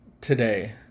today